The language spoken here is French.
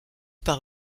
par